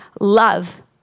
love